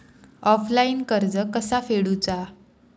Offline कर्ज कसा फेडूचा?